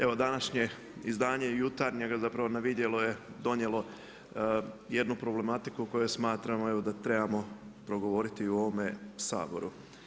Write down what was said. Evo, današnje izdanje Jutarnjeg, zapravo na vidjelo je donijelo jednu problematiku koju smatramo evo da trebamo progovoriti i u ovome Saboru.